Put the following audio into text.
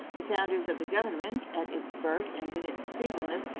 the founders of the government, at its birth and in its feebleness,